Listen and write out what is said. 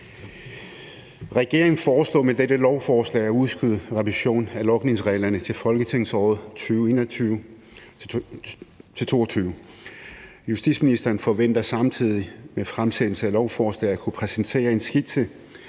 Regeringen foreslår med dette lovforslag at udskyde revisionen af logningsreglerne til folketingsåret 2021-22. Justitsministeren forventer samtidig med fremsættelsen af lovforslaget at kunne præsentere en skitse